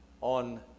on